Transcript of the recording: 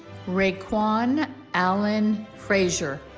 raekwon allan frazier